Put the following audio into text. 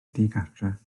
digartref